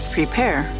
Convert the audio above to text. Prepare